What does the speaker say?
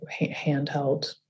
handheld